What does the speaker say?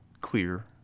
clear